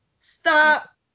Stop